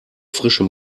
frischem